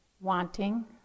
wanting